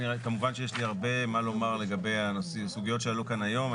כמובן שיש לי הרבה מה לומר לגבי סוגיות שעלו כאן היום.